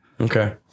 Okay